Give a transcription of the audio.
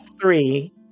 three